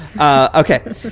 Okay